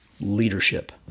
Leadership